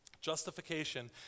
Justification